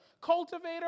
cultivator